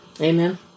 Amen